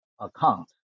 account